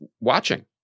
watching